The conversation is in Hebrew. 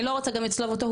אני לא רוצה גם לצלוב אותו,